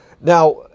Now